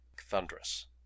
thunderous